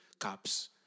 Cops